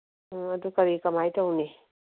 ꯑꯣ ꯑꯗꯨ ꯀꯔꯤ ꯀꯃꯥꯏꯅ ꯇꯧꯅꯤ